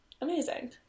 Amazing